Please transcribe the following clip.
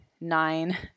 nine